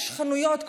יש חנויות,